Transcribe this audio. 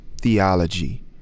theology